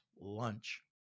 lunch